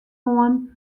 oan